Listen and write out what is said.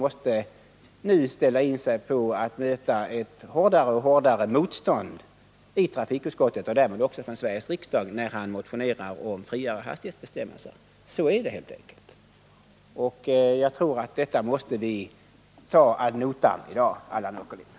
Jag tror att Allan Åkerlind måste ställa in sig på att möta ett hårdare och hårdare motstånd från trafikutskottet och därmed också från Sveriges riksdag när han motionerar om fria hastighetsbestämmelser. Så är det helt enkelt, och jag tror att vi i dag måste ta detta ad notam, Allan Åkerlind.